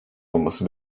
olması